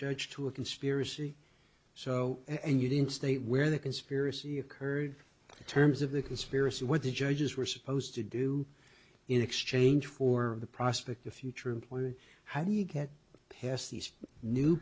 judge to a conspiracy so and you didn't state where the conspiracy occurred in terms of the conspiracy what the judges were supposed to do in exchange for the prospect of future employment how do you get past these new